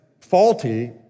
faulty